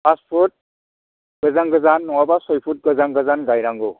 फास फुट गोजान गोजान नङाब्ला सय फुट गोजान गोजान गायनांगौ